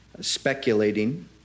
speculating